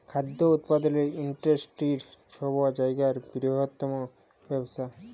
খাদ্য উৎপাদলের ইন্ডাস্টিরি ছব জায়গার বিরহত্তম ব্যবসা